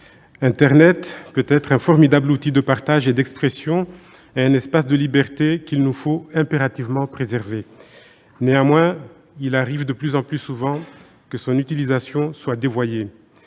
internet peut être un formidable outil de partage et d'expression, un espace de liberté qu'il nous faut impérativement préserver. Néanmoins, il arrive de plus en plus souvent que son utilisation soit dévoyée.